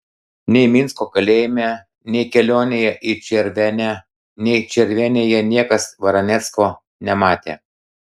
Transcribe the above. nei minsko kalėjime nei kelionėje į červenę nei červenėje niekas varanecko nematė